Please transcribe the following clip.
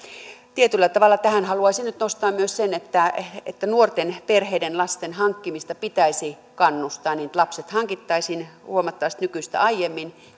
tietyllä tavalla tähän haluaisin nyt nostaa myös sen että että nuorten perheiden lasten hankkimista pitäisi kannustaa niin että lapset hankittaisiin huomattavasti nykyistä aiemmin